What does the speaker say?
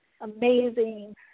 amazing